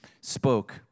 spoke